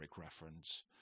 reference